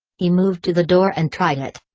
he moved to the door and tried it.